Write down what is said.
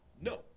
No